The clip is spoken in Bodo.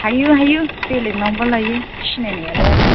हायो हायो बेलेगनावनोबा लायो सिनायनायालाय आरो